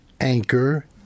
Anchor